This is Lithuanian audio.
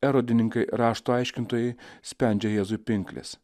erodininkai rašto aiškintojai spendžia jėzui pinkles